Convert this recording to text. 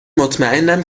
مطمئنم